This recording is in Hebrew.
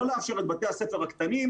לא לאפשר את בתי הספר הקטנים,